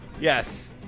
Yes